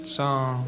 song